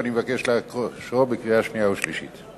אני מבקש לאשרו בקריאה שנייה ובקריאה שלישית.